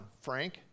Frank